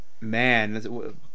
Man